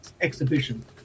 Exhibition